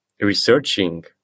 researching